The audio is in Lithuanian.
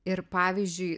ir pavyzdžiui